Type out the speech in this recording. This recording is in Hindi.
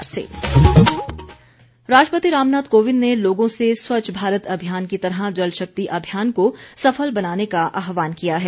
राष्ट्रपति राष्ट्रपति रामनाथ कोविंद ने लोगों से स्वच्छ भारत अभियान की तरह जल शक्ति अभियान को सफल बनाने का आहवान किया है